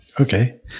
Okay